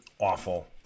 awful